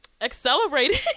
accelerating